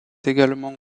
également